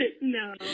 No